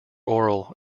oral